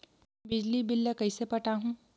बिजली बिल ल कइसे पटाहूं?